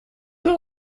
für